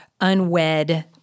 unwed